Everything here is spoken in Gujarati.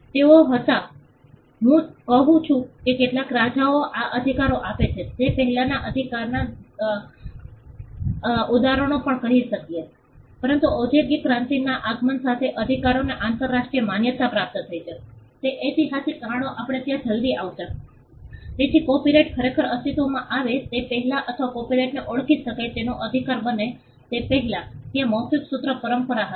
તેઓ હતા હું કહું છું કે કેટલાક રાજાઓ આ અધિકારો આપે છે તે પહેલાંના અધિકારના દૂરસ્થ ઉદાહરણો પણ કહી શકશો પરંતુ ઓદ્યોગિક ક્રાંતિના આગમન સાથે અધિકારોને આંતરરાષ્ટ્રીય માન્યતા પ્રાપ્ત થઈ છે તે એઈતિહાસિક કારણો આપણે ત્યાં જલ્દી આવશે તેથી કોપિરાઇટ ખરેખર અસ્તિત્વમાં આવે તે પહેલાં અથવા કોપિરાઇટને ઓળખી શકાય તેવો અધિકાર બને તે પહેલાં ત્યાં મૌખિક સૂત્ર પરંપરા હતી